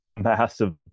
massive